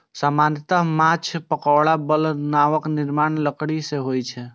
सामान्यतः माछ पकड़ै बला नावक निर्माण लकड़ी सं होइ छै